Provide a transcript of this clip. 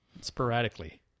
Sporadically